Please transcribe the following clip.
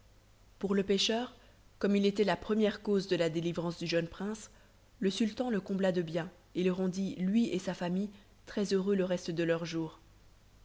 pour le pêcheur comme il était la première cause de la délivrance du jeune prince le sultan le combla de biens et le rendit lui et sa famille très-heureux le reste de leurs jours